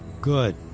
Good